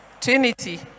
Trinity